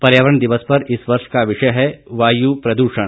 पर्यावरण दिवस पर इस वर्ष का विषय है वायु प्रदूषण